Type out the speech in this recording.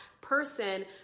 person